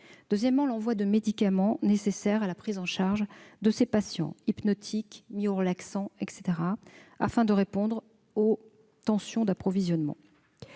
Deuxièmement, l'envoi de médicaments nécessaires à la prise en charge de ces patients- hypnotiques, myorelaxants, etc. -permettra de répondre aux tensions d'approvisionnement.